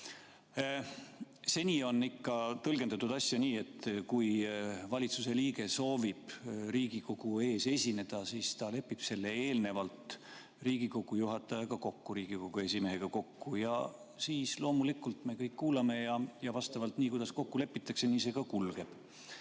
Seni on tõlgendatud asja nii, et kui valitsuse liige soovib Riigikogu ees esineda, siis ta lepib selle eelnevalt Riigikogu juhatajaga, Riigikogu esimehega kokku ja siis loomulikult me kõik kuulame ja nii, kuidas kokku lepitakse, see ka kulgeb.